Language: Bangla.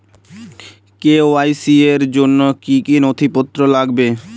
কে.ওয়াই.সি র জন্য কি কি নথিপত্র লাগবে?